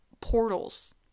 portals